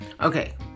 Okay